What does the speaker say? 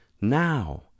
Now